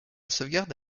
sauvegarde